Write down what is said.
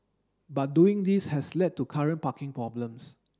but doing this has led to current parking problems